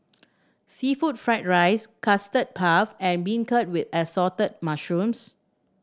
seafood fried rice Custard Puff and beancurd with Assorted Mushrooms